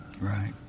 Right